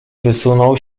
wysunął